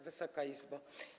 Wysoka Izbo!